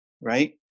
right